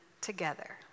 together